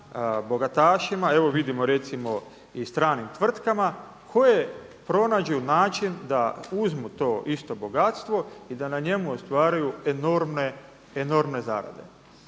bogatašima. Evo vidimo recimo i stranim tvrtkama koje pronađu način da uzmu to isto bogatstvo i da na njemu ostvaruju enormne zarade.